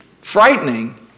frightening